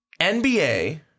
NBA